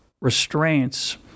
restraints